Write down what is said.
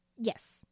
Yes